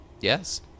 Yes